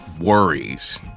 worries